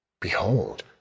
Behold